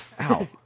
Ow